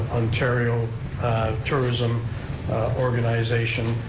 ontario tourism organization,